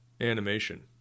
animation